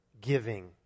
giving